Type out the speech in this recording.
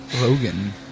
Logan